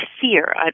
fear